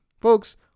folks